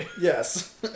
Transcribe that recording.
Yes